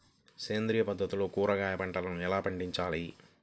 సేంద్రియ పద్ధతుల్లో కూరగాయ పంటలను ఎలా పండించాలి?